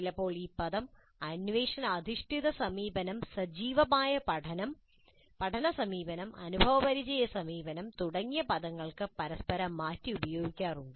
ചിലപ്പോൾ ഈ പദം അന്വേഷണ അധിഷ്ഠിത സമീപനം സജീവമായ പഠന സമീപനം അനുഭവപരിചയ സമീപനം തുടങ്ങിയ പദങ്ങൾക്ക് പരസ്പരം മാറ്റി ഉപയോഗിക്കാറുണ്ട്